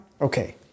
Okay